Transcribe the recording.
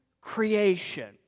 creation